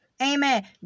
Amen